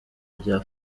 bya